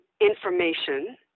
information